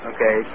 Okay